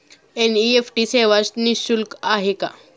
NEFT सेवा निःशुल्क आहे का?